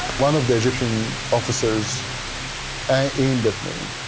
one of the eyptians officers aimed at me.